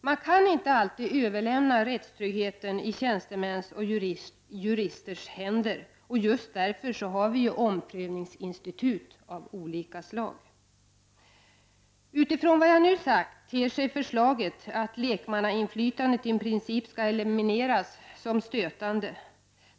Man kan inte alltid överlämna rättstryggheten i tjänstemäns och juristers händer. Därför har vi också omprövningsinstitut av olika slag. Utifrån vad jag nu sagt ter sig förslaget att lekmannainflytandet i princip skall elimineras som stötande.